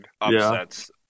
upsets